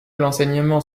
l’enseignement